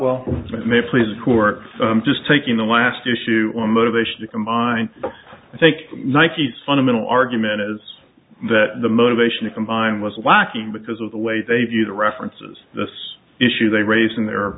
are just taking the last issue on motivation to combine i think nike's fundamental argument is that the motivation to combine was lacking because of the way they view the references this issue they raised in their